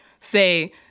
say